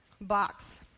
box